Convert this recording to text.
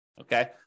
Okay